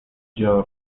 joo